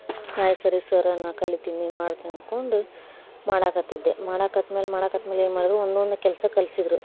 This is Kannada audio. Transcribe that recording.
ಆಯ್ತು ಸರಿ ಸರ್ ನಾನು ಕಲಿತೀನಿ ಮಾಡ್ತೀನಿ ಅಂದ್ಕೊಂಡು ಮಾಡಾಕತ್ತಿದ್ದೆ ಮಾಡಾಕತ್ತ ಮೇಲೆ ಮಾಡಾಕತ್ತ ಮೇಲೆ ಏನು ಮಾಡೋದು ಒಂದೊಂದು ಕೆಲಸ ಕಲಿಸಿದ್ರು